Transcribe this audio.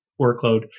workload